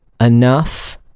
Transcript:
enough